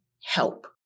help